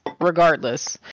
regardless